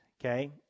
okay